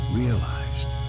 realized